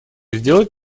сделать